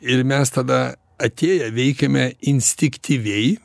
ir mes tada atėję veikiame instiktyviai